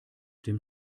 dem